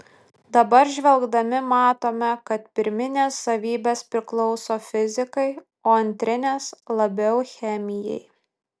dabar žvelgdami matome kad pirminės savybės priklauso fizikai o antrinės labiau chemijai